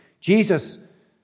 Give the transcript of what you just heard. Jesus